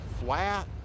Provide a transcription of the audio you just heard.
flat